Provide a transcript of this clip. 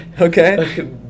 Okay